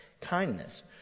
kindness